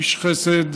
איש חסד,